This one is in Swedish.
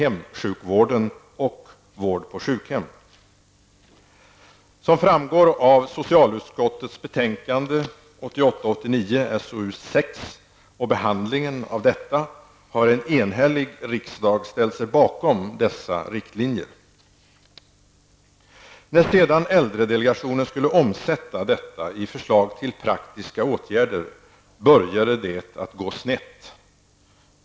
1988/89:SoU6 och behandlingen av detta, har en enhällig riksdag ställt sig bakom dessa riktlinjer. När sedan äldredelegationen skulle omsätta detta i förslag till praktiska åtgärder, började det att gå snett.